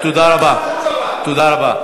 תודה רבה.